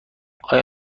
آیا